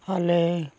ᱟᱞᱮ